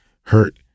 hurt